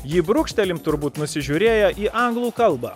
jį brūkštelim turbūt nusižiūrėję į anglų kalbą